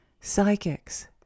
psychics